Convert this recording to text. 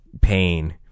pain